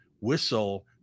whistle